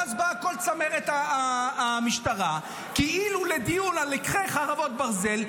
ואז באה כל צמרת המשטרה כאילו לדיון על לקחי חרבות ברזל,